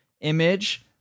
Image